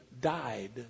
died